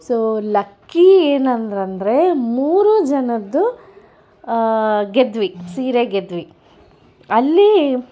so lucky ಏನು ಅಂದ್ರೆ ಅಂದರೆ ಮೂರು ಜನದ್ದು ಗೆದ್ವಿ ಸೀರೆ ಗೆದ್ವಿ ಅಲ್ಲಿ